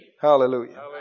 Hallelujah